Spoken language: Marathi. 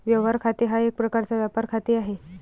व्यवहार खाते हा एक प्रकारचा व्यापार खाते आहे